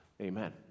amen